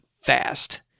fast